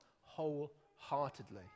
wholeheartedly